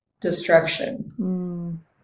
destruction